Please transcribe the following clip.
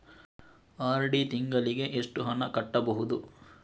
RD ತಿಂಗಳಿಗೆ ಎಷ್ಟು ಹಣ ಕಟ್ಟಬಹುದು?